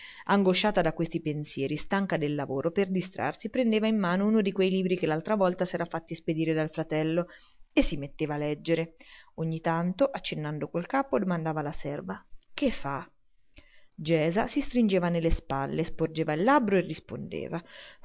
angosciata da questi pensieri stanca del lavoro per distrarsi prendeva in mano uno di quei libri che l'altra volta s'era fatti spedire dal fratello e si metteva a leggere ogni tanto accennando col capo domandava alla serva che fa gesa si stringeva nelle spalle sporgeva il labbro poi rispondeva